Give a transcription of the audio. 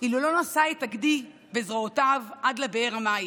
אילו לא נשא את הגדי בזרועותיו עד לבאר המים,